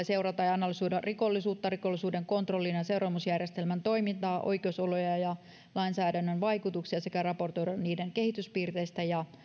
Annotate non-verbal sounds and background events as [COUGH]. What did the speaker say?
[UNINTELLIGIBLE] seurata ja analysoida rikollisuutta rikollisuuden kontrollin ja seuraamusjärjestelmän toimintaa oikeusoloja ja lainsäädännön vaikutuksia sekä raportoida niiden kehityspiirteistä ja